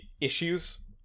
issues